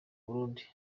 burundi